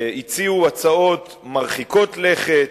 הציעו הצעות מרחיקות לכת.